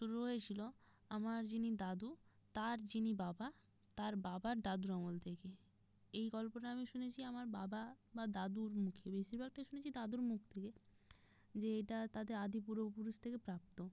শুরু হয়েছিল আমার যিনি দাদু তার যিনি বাবা তার বাবার দাদুর আমল থেকে এই গল্পটা আমি শুনেছি আমার বাবা বা দাদুর মুখে বেশিরভাগটাই শুনেছি দাদুর মুখ থেকে যে এটা তাদের আদি পূর্বপুরুষ থেকে প্রাপ্ত